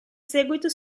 seguito